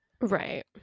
Right